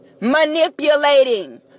Manipulating